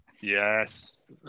Yes